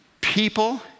people